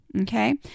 Okay